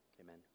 amen